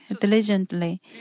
diligently